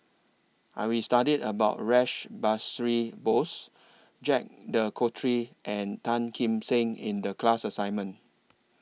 Are We studied about Rash Behari Bose Jacques De Coutre and Tan Kim Seng in The class assignment